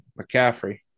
McCaffrey